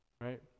right